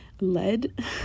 lead